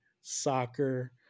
soccer